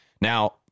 Now